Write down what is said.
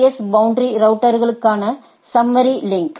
S boundary ரவுட்டர்களுக்கான summary link